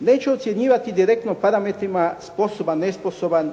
Neću ocjenjivati direktno parametrima sposoban, nesposoban